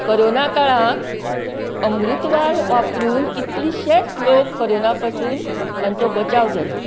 corona काळाक अमृतवाल वापरून कितलेशेंच लोक करोना पासून तांचो बचाव जालो